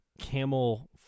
camel